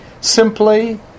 simply